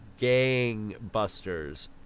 gangbusters